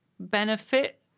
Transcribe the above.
benefit